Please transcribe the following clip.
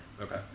Okay